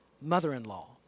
mother-in-law